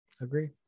agree